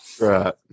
Right